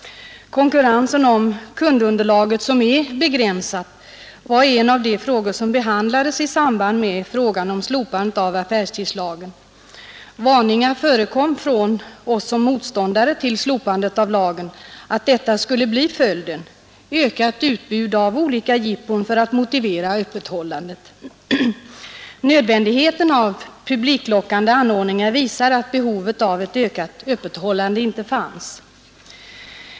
Konkurrensen om kundunderlaget, som är begränsat, var en av de frågor som behandlades i samband med frågan om slopandet av affärstidslagen. Varningar förekom från oss motståndare till slopandet av lagen om vad som skulle bli följden: ett ökat utbud av olika jippon för att motivera öppethållandet. Nödvändigheten av publiklockande anordningar visar att behovet av ett ökat öppethållande inte fanns.